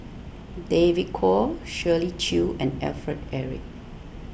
David Kwo Shirley Chew and Alfred Eric